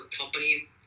company